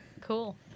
Cool